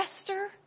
Esther